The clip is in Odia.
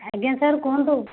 ଆଜ୍ଞା ସାର୍ କୁହନ୍ତୁ